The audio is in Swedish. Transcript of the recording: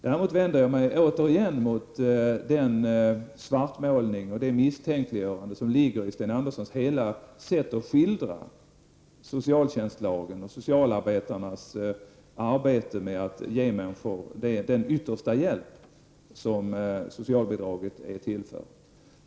Återigen vänder jag mig dock mot den svartmålning och det misstänkliggörande som ligger bakom allt det som Sten Andersson säger när han skildrar socialtjänstlagen och socialarbetarnas arbete med att ge människor den yttersta hjälpen, som ju socialbidraget är till för.